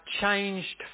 changed